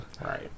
Right